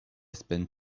spent